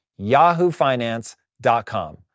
yahoofinance.com